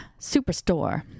superstore